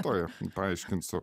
tuoj aš paaiškinsiu